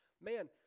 Man